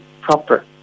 proper